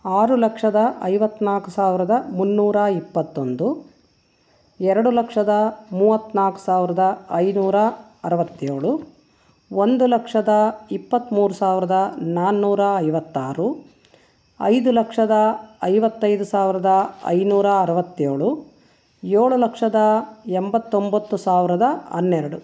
ಆರು ಲಕ್ಷದ ಐವತ್ನಾಲ್ಕು ಸಾವಿರದ ಮುನ್ನೂರ ಇಪ್ಪತ್ತೊಂದು ಎರಡು ಲಕ್ಷದ ಮೂವತ್ನಾಲ್ಕು ಸಾವಿರದ ಐನೂರ ಅರುವತ್ತೇಳು ಒಂದು ಲಕ್ಷದ ಇಪ್ಪತ್ಮೂರು ಸಾವಿರದ ನಾನೂರ ಐವತ್ತಾರು ಐದು ಲಕ್ಷದ ಐವತ್ತೈದು ಸಾವಿರದ ಐನೂರ ಅರುವತ್ತೇಳು ಏಳು ಲಕ್ಷದ ಎಂಬತ್ತೊಂಬತ್ತು ಸಾವಿರದ ಹನ್ನೆರಡು